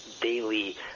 daily